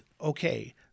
okay